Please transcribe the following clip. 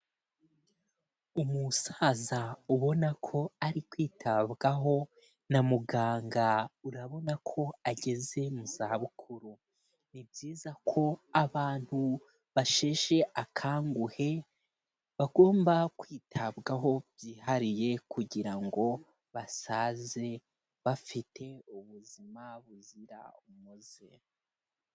Umusaza ubona ko ari kwitabwaho na muganga, urabona ko ageze mu zabukuru, ni byiza ko abantu basheshe akanguhe bagomba kwitabwaho byihariye kugira ngo basaze bafite ubuzima buzira umuze.